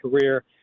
career